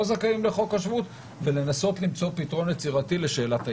לא זכאי חוק השבות ולנסות למצוא פתרון יצירתי לשאלת הילדים.